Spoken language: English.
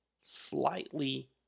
slightly